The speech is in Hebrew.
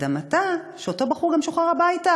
לתדהמתה שאותו בחור גם שוחרר הביתה.